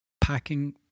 packing